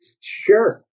Sure